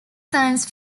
science